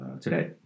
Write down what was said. today